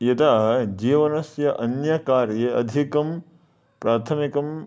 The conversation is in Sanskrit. यदा जीवनस्य अन्यकार्ये अधिकं प्राथमिकं